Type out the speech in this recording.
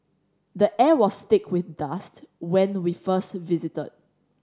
the air was thick with dust when we first visited